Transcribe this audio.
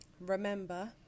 remember